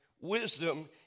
wisdom